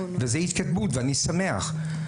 וזו התקדמות, ואני שמח.